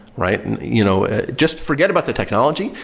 right? and you know just forget about the technology,